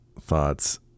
thoughts